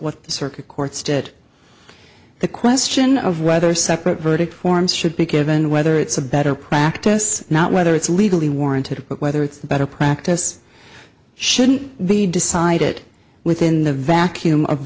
what the circuit courts that the question of whether separate verdict forms should be given whether it's a better practice not whether it's legally warranted but whether it's better practice shouldn't be decided within the vacuum of